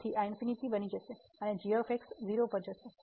તેથી આ ઇંફિનિટી બની જશે અને g 0 પર જશે